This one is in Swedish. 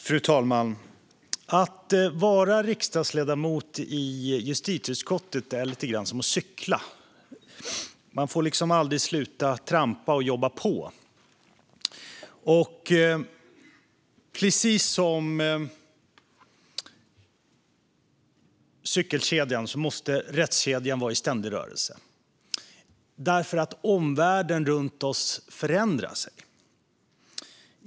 Fru talman! Att vara riksdagsledamot i justitieutskottet är lite grann som att cykla. Man får aldrig sluta trampa och jobba på. Och precis som cykelkedjan måste rättskedjan vara i ständig rörelse för att omvärlden runt oss förändras.